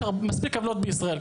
יש מספיק עוולות בישראל,